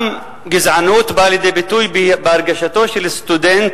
גזענות באה לידי ביטוי גם בהרגשתו של סטודנט,